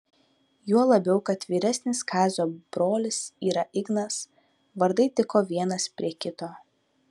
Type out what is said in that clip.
juo labiau kad vyresnis kazio brolis yra ignas vardai tiko vienas prie kito